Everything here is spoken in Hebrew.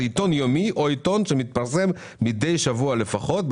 זה עיתון יומי או עיתון שמתפרסם מידי שבוע לפחות,